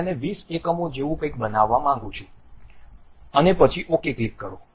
હું તેને 20 એકમો જેવું કંઈક બનાવવા માંગું છું અને પછી OK ક્લિક કરો